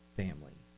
family